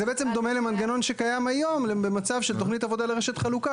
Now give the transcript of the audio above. זה בעצם דומה למנגנון שקיים היום במצב שתכנית עבודה לרשת חלוקה,